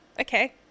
okay